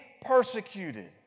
persecuted